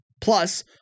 Plus